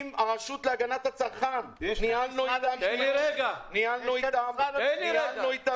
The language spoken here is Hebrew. עם הרשות להגנת הצרכן, ניהלנו איתם דיון.